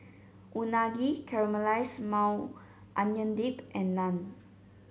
Unagi Caramelized Maui Onion Dip and Naan